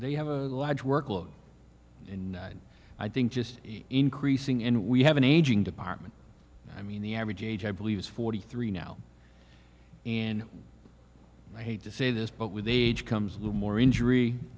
they have a large workload in i think just increasing in we have an aging department i mean the average age i believe is forty three now and i hate to say this but with age comes a little more injury